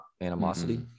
animosity